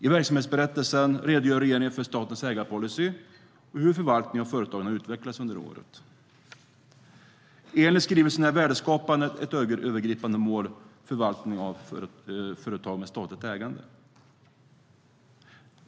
I verksamhetsberättelsen redogör regeringen för statens ägarpolicy och hur förvaltningen och företagen har utvecklats under året. Enligt skrivelsen är värdeskapande ett övergripande mål för förvaltningen av företag med statligt ägande.